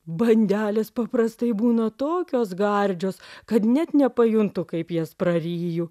bandelės paprastai būna tokios gardžios kad net nepajuntu kaip jas praryju